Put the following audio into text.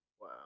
Wow